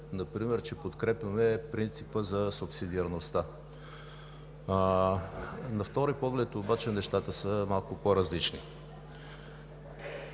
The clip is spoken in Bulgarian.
например, че подкрепяме принципа за субсидиарността. На втори поглед обаче нещата са малко по-различни.